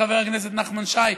חבר הכנסת נחמן שי,